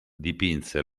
dipinse